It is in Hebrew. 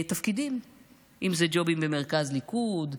אם זה ג'ובים במרכז הליכוד,